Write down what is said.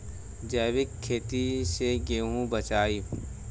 जैविक खेती से गेहूँ बोवाई